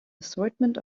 assortment